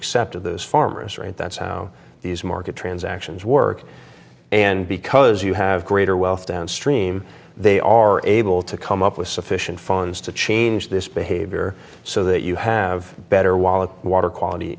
accept of those farmers right that's how these market transactions work and because you have greater wealth downstream they are able to come up with sufficient funds to change this behavior so that you have better while the water quality